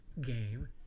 game